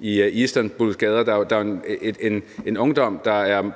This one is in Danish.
i Istanbuls gader, er der jo en ungdom, der